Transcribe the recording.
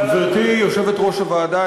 גברתי יושבת-ראש הוועדה,